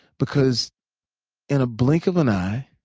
because in a blink of an eye,